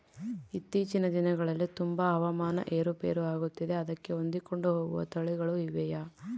ಇತ್ತೇಚಿನ ದಿನಗಳಲ್ಲಿ ತುಂಬಾ ಹವಾಮಾನ ಏರು ಪೇರು ಆಗುತ್ತಿದೆ ಅದಕ್ಕೆ ಹೊಂದಿಕೊಂಡು ಹೋಗುವ ತಳಿಗಳು ಇವೆಯಾ?